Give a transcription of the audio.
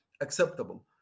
acceptable